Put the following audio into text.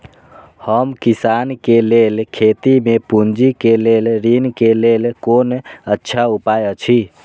हम किसानके लेल खेती में पुंजी के लेल ऋण के लेल कोन अच्छा उपाय अछि?